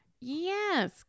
Yes